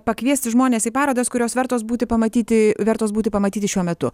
pakviesti žmones į parodas kurios vertos būti pamatyti vertos būti pamatyti šiuo metu